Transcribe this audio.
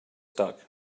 stuck